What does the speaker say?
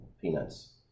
peanuts